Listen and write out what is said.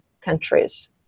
countries